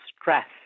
stress